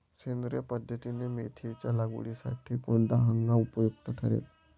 सेंद्रिय पद्धतीने मेथीच्या लागवडीसाठी कोणता हंगाम उपयुक्त ठरेल?